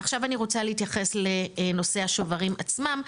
ועכשיו אני רוצה להתייחס לנושא השוברים עצמם,